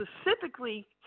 specifically